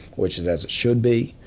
which is as it should be.